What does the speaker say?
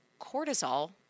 cortisol